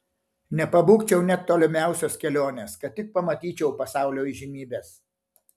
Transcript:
nepabūgčiau net tolimiausios kelionės kad tik pamatyčiau pasaulio įžymybes